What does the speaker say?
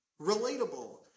relatable